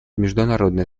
международной